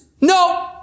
no